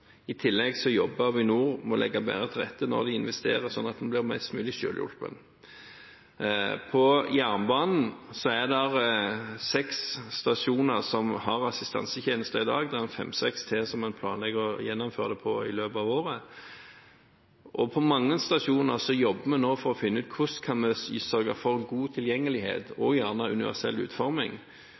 I tillegg jobber Avinor med å legge bedre til rette når de investerer, slik at en blir mest mulig selvhjulpen. På jernbanen er det seks stasjoner som har assistansetjenester i dag, og det er i tillegg en fem–seks som en planlegger å gjennomføre det på i løpet av året. På mange stasjoner jobber vi nå for å finne ut hvordan vi kan sørge for god tilgjengelighet, også gjerne universell utforming,